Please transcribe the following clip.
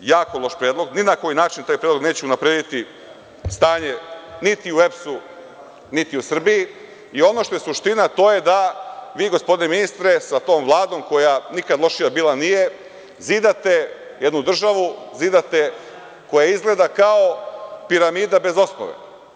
Ni na koji način taj predlog neće unaprediti stanje niti u EPS niti u Srbiji i ono što je suština, to je da vi gospodine Ministre, sa tom Vladom koja nikada lošija bila nije , zidate jednu državu, zidate, koja izgleda kao piramida bez osnove.